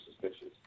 suspicious